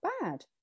bad